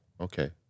okay